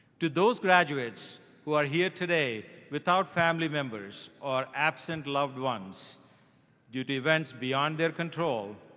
to those graduates who are here today without family members or absent loved ones due to events beyond their control,